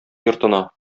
йортына